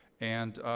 and